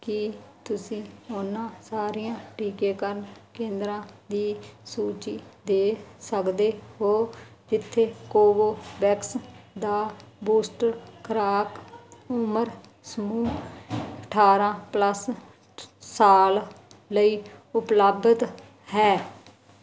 ਕੀ ਤੁਸੀਂ ਉਹਨਾਂ ਸਾਰੇ ਟੀਕਾਕਰਨ ਕੇਂਦਰਾਂ ਦੀ ਸੂਚੀ ਦੇ ਸਕਦੇ ਹੋ ਜਿੱਥੇ ਕੋਵੋਵੈਕਸ ਦਾ ਬੂਸਟਰ ਖੁਰਾਕ ਉਮਰ ਸਮੂਹ ਅਠਾਰਾਂ ਪਲੱਸ ਸਾਲ ਲਈ ਉਪਲਬਧ ਹੈ